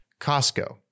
Costco